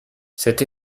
cet